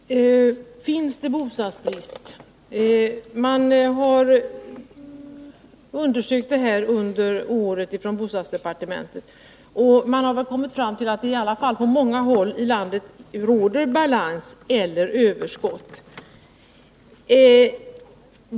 Herr talman! Är det bostadsbrist? Man har inom bostadsdepartementet undersökt den frågan under året, och man har kommit fram till att det i alla fall på många håll i landet råder balans eller överskott.